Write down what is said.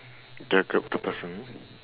the person